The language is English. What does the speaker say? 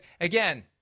Again